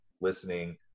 listening